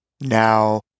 Now